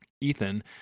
ethan